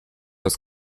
das